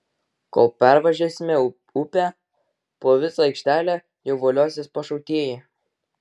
kol pervažiuosime upę po visą aikštelę jau voliosis pašautieji